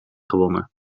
gewonnen